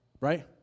Right